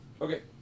Okay